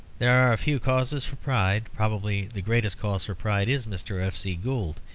there are few causes for pride probably the greatest cause for pride is mr. f. c. gould.